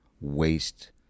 waste